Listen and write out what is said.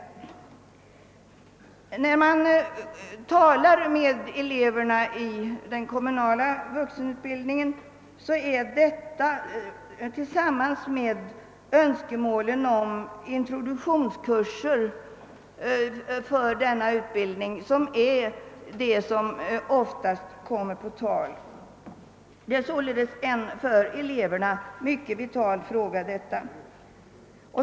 Detta får man höra när man talar med eleverna i den kommunala vuxenutbildningen. Ett annat önskemål som likaledes ofta kommer på tal är introduktionskurser. Vår motion gäller således en för eleverna mycket vital fråga.